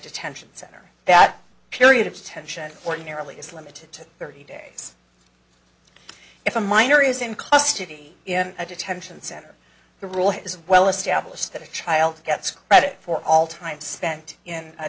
detention center that period of detention ordinarily is limited to thirty days if a minor is in custody in a detention center the rule is well established that a child gets credit for all time spent in a